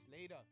Later